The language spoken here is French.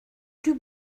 plus